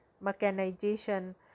mechanization